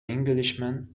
englishman